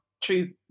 true